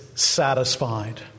satisfied